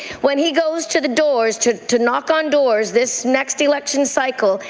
when he goes to the doors to to knock on doors this next election cycle,